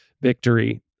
victory